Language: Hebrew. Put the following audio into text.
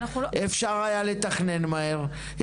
אפשר היה לתכנן מהר,